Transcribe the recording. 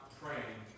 praying